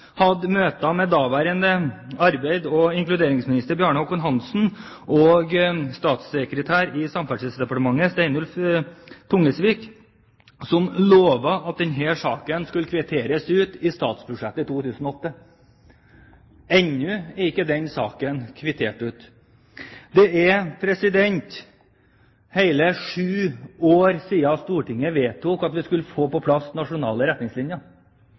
hadde møter med daværende arbeids- og inkluderingsminister Bjarne Håkon Hanssen og statssekretær i Samferdselsdepartementet Steinulf Tungesvik, som lovet at denne saken skulle kvitteres ut i statsbudsjettet for 2008. Ennå er ikke den saken kvittert ut. Det er hele sju år siden Stortinget vedtok at vi skulle få på plass nasjonale retningslinjer,